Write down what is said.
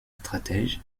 stratège